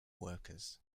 workers